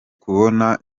kubona